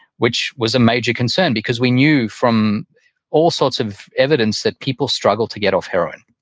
which was a major concern because we knew from all sorts of evidence that people struggle to get off heroin.